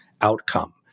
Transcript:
outcome